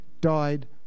died